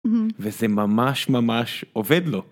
אמ.. וזה ממש ממש עובד לו.